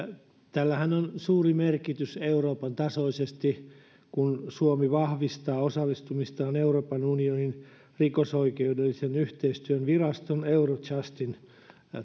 tällähän on suuri merkitys euroopan tasoisesti kun suomi vahvistaa osallistumistaan euroopan unionin rikosoikeudellisen yhteistyön viraston eurojustin